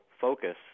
focus